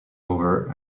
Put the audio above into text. over